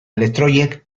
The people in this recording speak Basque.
elektroiek